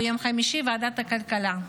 ביום חמישי בוועדת הכלכלה.